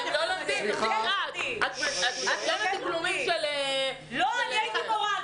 את מדקלמת דיקלומים --- אני הייתי מורה,